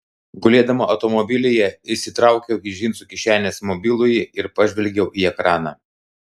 gulėdama automobilyje išsitraukiau iš džinsų kišenės mobilųjį ir pažvelgiau į ekraną